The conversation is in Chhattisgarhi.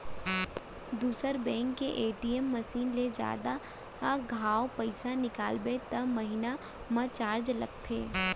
दूसर बेंक के ए.टी.एम मसीन ले जादा घांव पइसा निकालबे त महिना म चारज लगथे